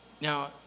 Now